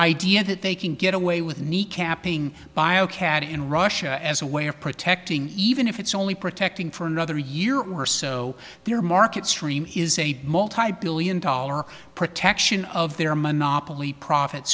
idea that they can get away with kneecapping bio cad and russia as a way of protecting even if it's only protecting for another year or so their market stream is a multibillion dollar protection of their monopoly profit